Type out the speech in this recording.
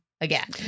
Again